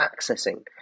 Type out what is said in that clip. accessing